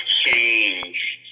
changed